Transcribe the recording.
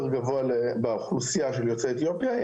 גבוה באוכלוסייה של יוצאי אתיופיה,